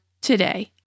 today